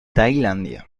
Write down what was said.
tailandia